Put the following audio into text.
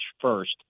first